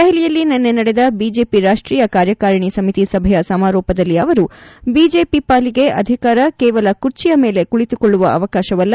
ದೆಹಲಿಯಲ್ಲಿ ನಿನ್ನೆ ನಡೆದ ಬಿಜೆಪಿ ರಾಷ್ಷೀಯ ಕಾರ್ಯಕಾರಿಣಿ ಸಮಿತಿ ಸಭೆಯ ಸಮಾರೋಪದಲ್ಲಿ ಅವರು ಬಿಜೆಪಿ ಪಾಲಿಗೆ ಅಧಿಕಾರ ಕೇವಲ ಕುರ್ಚಿಯ ಮೇಲೆ ಕುಳಿತುಕೊಳ್ಳುವ ಅವಕಾಶವಲ್ಲ